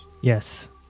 Yes